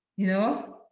you know?